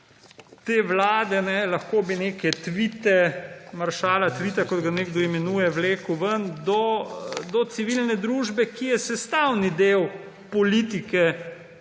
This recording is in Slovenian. te vlade – lahko bi neke tvite maršala Tvita, kot ga nekdo imenuje, vlekel ven – do civilne družbe, ki je sestavni del politike,